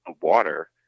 water